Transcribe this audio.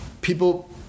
people